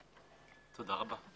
תודה רבה.